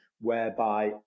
whereby